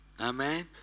Amen